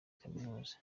kaminuza